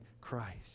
Christ